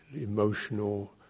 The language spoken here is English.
Emotional